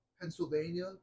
Pennsylvania